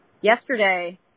Yesterday